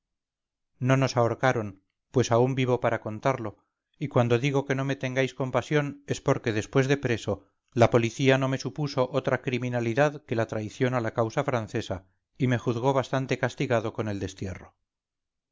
no nos ahorcaron pues aún vivo para contarlo y cuando digo que no me tengáis compasión es porque después de preso la policía no me supuso otra criminalidad que la traición a la causa francesa y me juzgó bastante castigado con el destierro